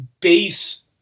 base